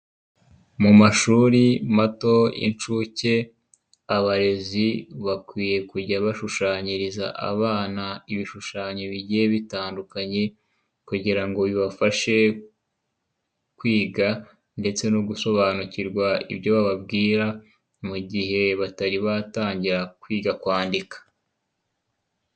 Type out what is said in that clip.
Mu mashuri mato y'inshuke, abarezi bakwiye kujya bashushanyiriza abana ibishushanyo bigiye bitandukanye, kugira ngo bibafashe kwiga ndetse no gusobanukirwa ibyo bababwira, mu gihe batari batangira kwiga kwandika.